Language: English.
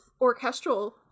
orchestral